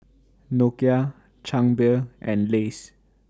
Nokia Chang Beer and Lays